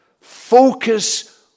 focus